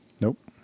Nope